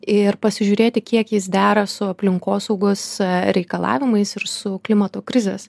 ir pasižiūrėti kiek jis dera su aplinkosaugos reikalavimais ir su klimato krizės